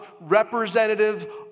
representative